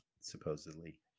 Supposedly